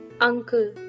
Uncle